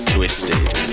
Twisted